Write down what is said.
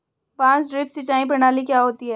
बांस ड्रिप सिंचाई प्रणाली क्या होती है?